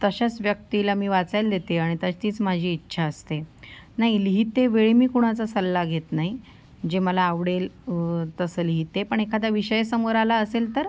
तशाच व्यक्तीला मी वाचायला देते आणि त तीच माझी इच्छा असते नाही लिहितेवेळी मी कुणाचा सल्ला घेत नाही जे मला आवडेल तसं लिहिते पण एखादा विषय समोर आला असेल तर